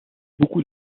beaucoup